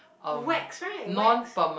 wax right wax